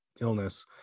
illness